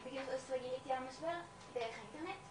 בגיל שש עשרה גיליתי על המשבר דרך האינטרנט,